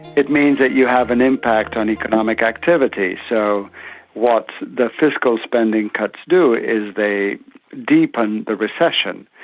it means that you have an impact on economic activities, so what the fiscal spending cuts do is they deepen the recession.